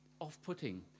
off-putting